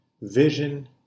vision